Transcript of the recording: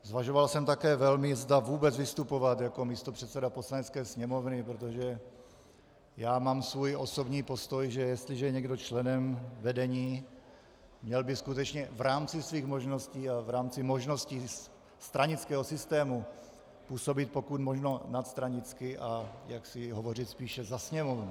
Zvažoval jsem také velmi, zda vůbec vystupovat jako místopředseda Poslanecké sněmovny, protože mám svůj osobní postoj, že jestliže je někdo členem vedení, měl by skutečně v rámci svých možností a v rámci možností stranického systému působit pokud možno nadstranicky a jaksi hovořit spíše za Sněmovnu.